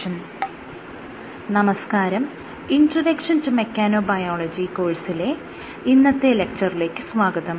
'introduction to mechanobiology' കോഴ്സിലെ ഇന്നത്തെ ലെക്ച്ചറിലേക്ക് സ്വാഗതം